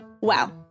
Wow